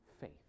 faith